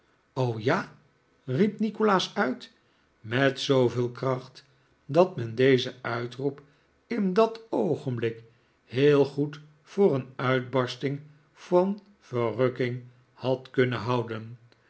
ja riep nikolaas uit met zooveel kracht dat men dezen uitroep in dat oogenblik heel goed voor een uitbarsting van verrukking had kunnen houden